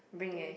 bring eh